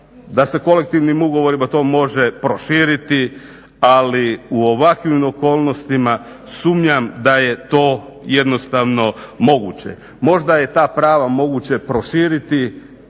da se kolektivnim ugovorima to može proširiti. Ali u ovakvim okolnostima sumnjam da je to jednostavno moguće. Možda je ta prava moguće proširiti